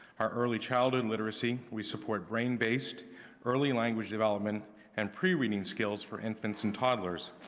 our early childhood literacy, we support brain-based early language development and pre-reading skills for infants and toddlers.